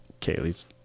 Kaylee's